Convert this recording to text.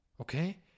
okay